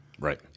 Right